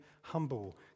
humble